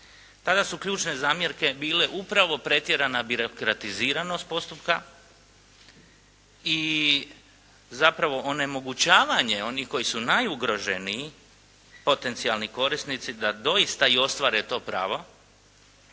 Tada su ključne zamjerke bile upravo pretjerana birokratiziranost postupka i zapravo onemogućavanje onih koji su najugroženiji potencijalni korisnici da doista i ostvare to pravo.